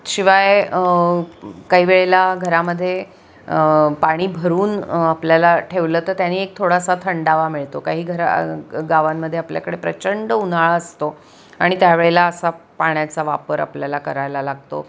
शिवाय काही वेळेला घरामध्ये पाणी भरून आपल्याला ठेवलं तर त्याने एक थोडासा थंडावा मिळतो काही घरा गावांमध्ये आपल्याकडे प्रचंड उन्हाळा असतो आणि त्या वेळेला असा पाण्याचा वापर आपल्याला करायला लागतो